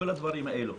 כל הדברים האלה?